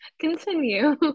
Continue